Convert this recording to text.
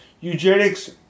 Eugenics